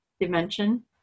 dimension